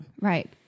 right